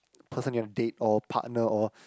person you want to date or partner or